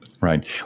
Right